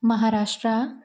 Maharashtra